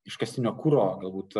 iškastinio kuro galbūt